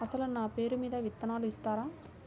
అసలు నా పేరు మీద విత్తనాలు ఇస్తారా?